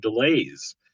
delays